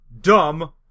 dumb